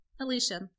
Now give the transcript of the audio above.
Alicia